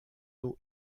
eau